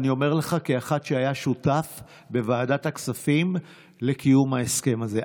אני אומר לך כאחד שהיה שותף בוועדת הכספים לקיום ההסכם הזה.